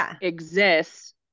exists